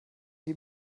die